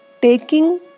taking